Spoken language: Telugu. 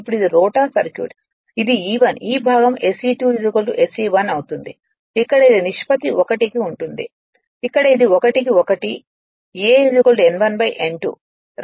ఇప్పుడు ఇది రోటర్ సర్క్యూట్ ఇది E1 ఈ భాగం SE2 SE1 అవుతుంది ఇక్కడ ఇది నిష్పత్తి 1 కు ఉంటుంది ఇక్కడ ఇది 1 కి 1 a n 1 n 2 రెండు a n 1 n 2